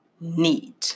need